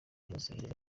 kumusengera